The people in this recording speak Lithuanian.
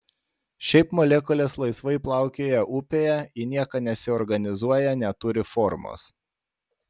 šiaip molekulės laisvai plaukioja upėje į nieką nesiorganizuoja neturi formos